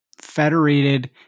federated